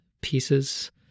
pieces